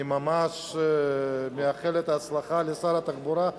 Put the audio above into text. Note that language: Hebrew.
אני ממש מאחל הצלחה לשר התחבורה,